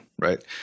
right